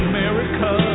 America